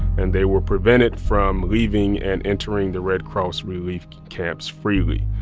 and they were prevented from leaving and entering the red cross relief camps freely.